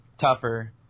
tougher